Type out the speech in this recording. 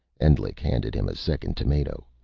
endlich handed him a second tomato.